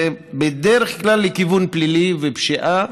זה בדרך כלל לכיוון פלילי: פשיעה